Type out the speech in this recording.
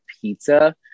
pizza